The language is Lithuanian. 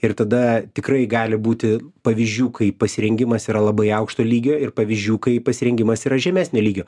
ir tada tikrai gali būti pavyzdžių kai pasirengimas yra labai aukšto lygio ir pavyzdžių kai pasirengimas yra žemesnio lygio